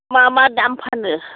मा मा दाम फानो